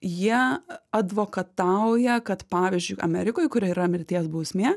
jie advokatauja kad pavyzdžiui amerikoj kur yra mirties bausmė